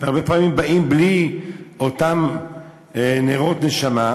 כי הרבה פעמים הם באים בלי אותם נרות נשמה,